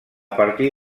partir